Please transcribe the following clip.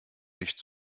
nicht